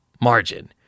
margin